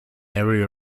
area